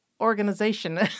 Organization